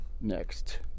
next